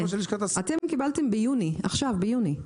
אתם קיבלתם ביוני, עכשיו ביוני.